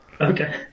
Okay